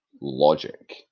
logic